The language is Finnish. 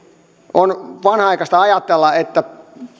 on vanhanaikaista ajatella että